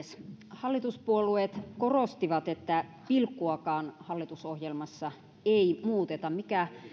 hallituspuolueet korostivat että pilkkuakaan hallitusohjelmassa ei muuteta mikä